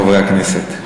חברי הכנסת,